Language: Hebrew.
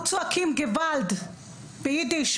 צועקים ׳גוואלד׳ ביידיש,